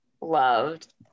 loved